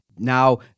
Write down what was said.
Now